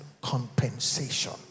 compensation